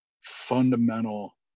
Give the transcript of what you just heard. fundamental